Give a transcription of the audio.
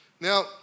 Now